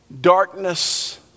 Darkness